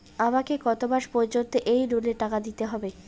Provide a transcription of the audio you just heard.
আমাকে কত মাস পর্যন্ত এই লোনের টাকা দিতে হবে?